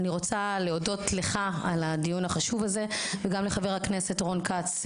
אני רוצה להודות לך על הדיון החשוב הזה וגם לחבר הכנסת רון כץ,